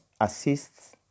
assists